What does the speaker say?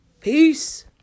Peace